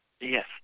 Yes